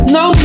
no